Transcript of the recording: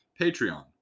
Patreon